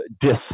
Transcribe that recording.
dis